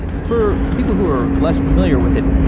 for people who are less familiar with it,